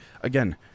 again